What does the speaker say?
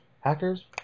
hackers